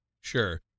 sure